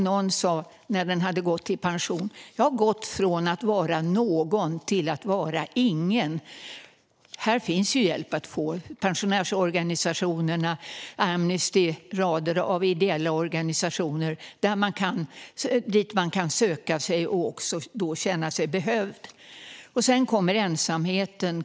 Någon sa efter att ha gått i pension: Jag har gått från att vara någon till att vara ingen. Det finns hjälp att få. Till pensionärsorganisationerna, Amnesty och rader av ideella organisationer kan man söka sig och också känna sig behövd. Det tredje området är ensamheten.